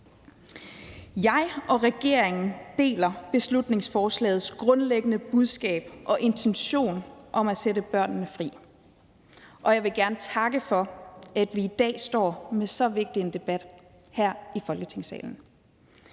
Jeg og regeringen deler beslutningsforslagets grundlæggende budskab og intention om at sætte børnene fri. Jeg vil gerne takke for, at vi i dag står med så vigtig en debat her i Folketingssalen.